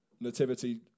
Nativity